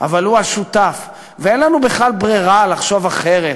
אבל הוא השותף, ואין לנו בכלל ברירה לחשוב אחרת.